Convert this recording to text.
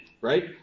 Right